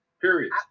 period